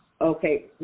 Okay